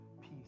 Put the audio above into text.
peace